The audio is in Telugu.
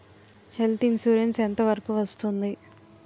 హెల్త్ ఇన్సురెన్స్ ఎంత వరకు వస్తుంది?